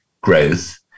growth